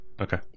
okay